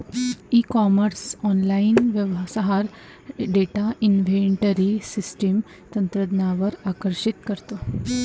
E commerce online व्यवहार data inventory system तंत्रज्ञानावर आकर्षित करतो